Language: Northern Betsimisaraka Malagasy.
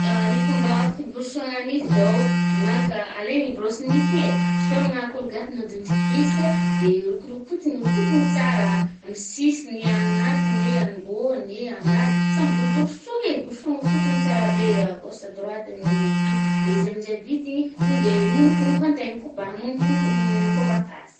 Ny fomba fiborosoàgna nify zaoo, malaka, alegny brosse nify igny e, sôragnà kolgaty na dentifrice de rokorokotigny rokotigny tsara, amy sisigny, agnatiny eh, ambôny eh, ambany. Samy boroborosogna eh, borosogna rokotiny tsara be à gauche à droite amin’i nify i, de izy amizay vita igny de mohomokomoko antegna. Koba- mokomokomoko le mikôbaka azy.